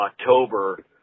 October